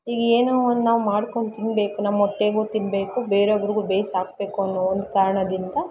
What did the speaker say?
ಈಗೇನೋ ಒಂದು ನಾವು ಮಾಡ್ಕೊಂಡು ತಿನ್ಬೇಕು ನಮ್ಮ ಹೊಟ್ಟೆಗೂ ತಿನ್ಬೇಕು ಬೇರೆಯೊಬ್ರಿಗು ಬೇಯಿಸಾಕ್ಬೇಕು ಅನ್ನೋ ಒಂದು ಕಾರಣದಿಂದ